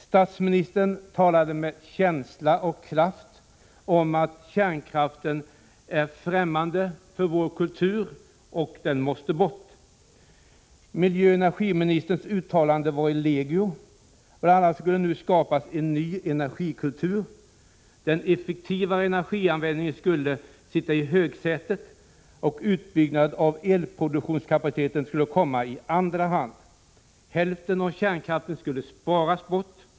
Statsministern talade med känsla och kraft om att ”kärnkraften är främmande för vår kultur och måste bort”. Miljöoch energiministerns uttalande var legio. Bl. a. skulle nu skapas en ny energikultur. Den effektivare energianvändningen skulle sitta i högsätet, och utbyggnad av elproduktionskapaciteten skulle komma i andra hand. Hälften av kärnkraften skulle sparas bort.